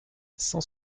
cent